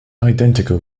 identical